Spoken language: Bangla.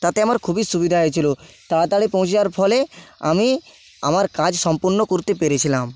তাতে আমার খুবই সুবিধা হয়েছিলো তাড়াতাড়ি পৌঁছে যাওয়ার ফলে আমি আমার কাজ সম্পন্ন করতে পেরেছিলাম